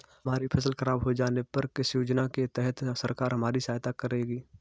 हमारी फसल खराब हो जाने पर किस योजना के तहत सरकार हमारी सहायता करेगी?